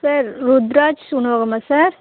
sir Rudraksh உணவகமா sir